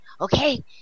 Okay